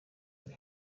riri